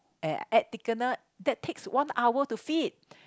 and add thickener that takes one hour to feed